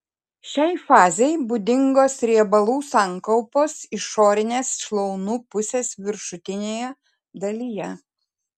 šiai fazei būdingos riebalų sankaupos išorinės šlaunų pusės viršutinėje dalyje